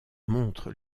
montre